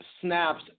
snaps